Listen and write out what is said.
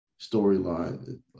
storyline